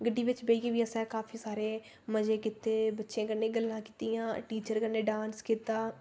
गड्डी बिच बेही गे प्ही असें बड़े सारे मजे कीते बच्चें कन्नै गल्लां कीतियां टीचर कन्नै डांस कीता